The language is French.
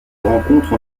rencontre